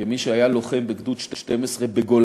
כמי שהיה לוחם בגדוד 12 בגולני,